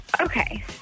Okay